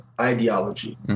ideology